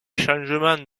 changements